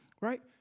right